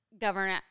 governor